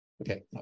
Okay